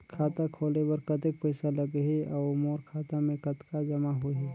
खाता खोले बर कतेक पइसा लगही? अउ मोर खाता मे कतका जमा होही?